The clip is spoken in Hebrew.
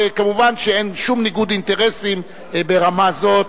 כמובן שאין שום ניגוד אינטרסים ברמה זאת.